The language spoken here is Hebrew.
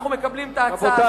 אנחנו מקבלים את ההצעה הזאת.